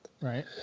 Right